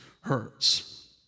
hurts